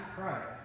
Christ